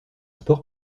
sport